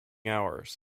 hours